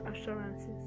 assurances